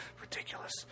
Ridiculous